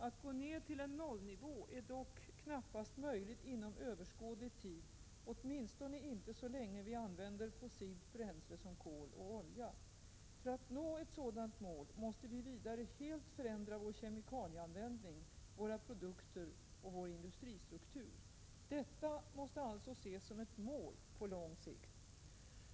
Att nå ned till en noll-nivå är dock knappast möjligt inom överskådlig tid — åtminstone inte så länge vi använder fossilt bränsle som kol och olja. För att nå ett sådant mål måste vi vidare helt förändra vår kemikalieanvändning, våra produkter och vår industristruktur. Detta måste alltså ses som ett mål på lång sikt.